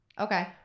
Okay